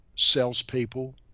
salespeople